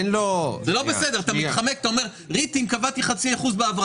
אתה מתחמק ואתה אומר: ריטים, קבעתי חצי אחוז.